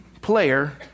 player